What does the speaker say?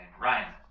Ryan